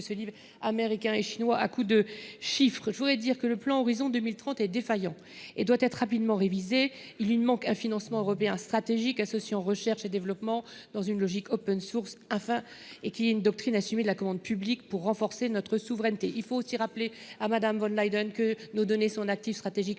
se livrent Américains et Chinois à coups de chiffres. Le programme cadre Horizon 2030 est défaillant ; il doit être rapidement révisé. Il lui manque un financement européen stratégique associant recherche et développement dans une logique, ainsi qu’une doctrine assumée de la commande publique visant à renforcer notre souveraineté. Il faut aussi rappeler à Mme von der Leyen que nos données sont un actif stratégique